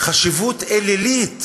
חשיבות אלילית